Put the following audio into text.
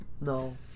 no